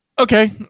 Okay